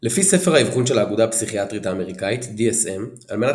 לפי ספר האבחון של האגודה הפסיכיאטרית האמריקאית DSM על מנת